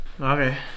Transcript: okay